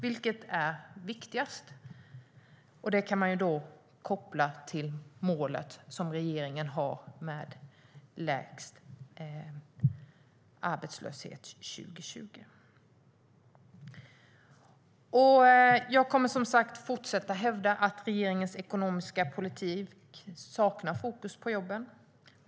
Detta kan då kopplas till regeringens mål om lägst arbetslöshet 2020. Jag kommer som sagt att fortsätta hävda att regeringens ekonomiska politik saknar fokus på jobben.